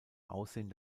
aussehen